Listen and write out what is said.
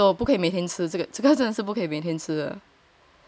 take ya have to take it slow 不可以每天吃这个这个真的不可以每天吃